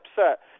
upset